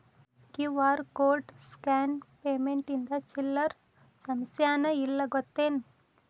QR code scan payment ಇಂದ ಚಿಲ್ಲರ್ ಸಮಸ್ಯಾನ ಇಲ್ಲ ಗೊತ್ತೇನ್?